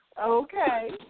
Okay